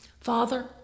Father